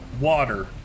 water